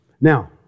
Now